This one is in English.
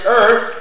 earth